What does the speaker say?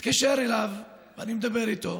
מתקשר אליו, ואני מדבר איתו.